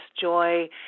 joy